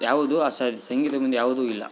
ಯಾವುದು ಅಸಾದ್ ಸಂಗೀತ ಮುಂದೆ ಯಾವುದು ಇಲ್ಲ